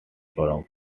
from